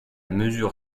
mesure